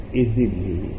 easily